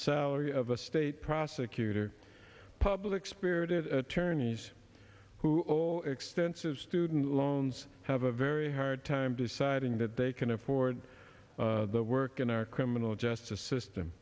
salary of a state prosecutor public spirited attorneys who extensive student loans have a very hard time deciding that they can afford the work in our criminal justice system